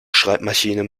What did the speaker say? schreibmaschine